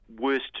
worst